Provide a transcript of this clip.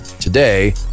Today